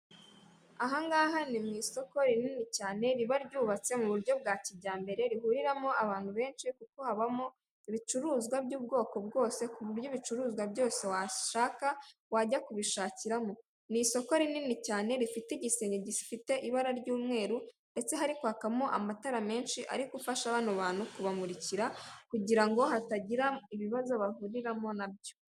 Ahanga ni mu isoko rinini cyane riba ryubatse mu buryo bwa kijyambere rihuriramo abantu benshi kuko habamo ibicuruzwa by'ubwoko bwose ku buryo ibicuruzwa byose washaka wajya kubishakiramo . Ni isoko rinini cyane rifite igisenge gifite ibara ry'umweru ndetse harinkwakamo amatara menshi ari gufasha abantu kubamurikira kugira ngo hatagira ibibazo bahuriramo nabyo .